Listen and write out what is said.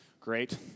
great